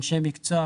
אנשי מקצוע,